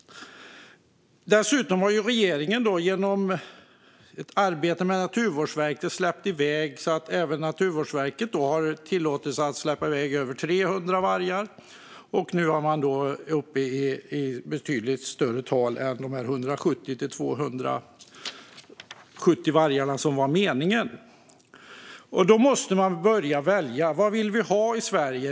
Dessutom har regeringen genom sitt arbete med Naturvårdsverket tillåtit även den myndigheten att släppa iväg till över 300 vargar. Och nu är man uppe i ett betydligt större antal vargar än de 170-270 som var meningen. Då måste man börja välja. Vad vill vi ha i Sverige?